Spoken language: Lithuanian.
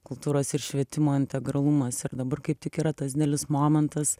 kultūros ir švietimo integralumas ir dabar kaip tik yra tas didelis momentas